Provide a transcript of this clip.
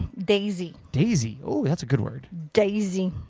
daisy. daisy. oooo that's a good word. daisy.